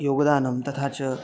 योगदानं तथा च